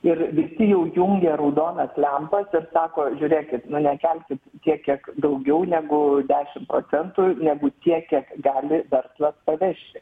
ir visi jau jungia raudonas lempas ir sako žiūrėkit nu nekelkit tiek kiek daugiau negu dešimt procentų negu tiek kiek gali verslas pavešti